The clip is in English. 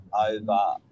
over